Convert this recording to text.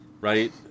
right